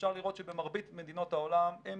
אפשר לראות שבמרבית מדינות העולם הם